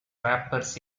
rappers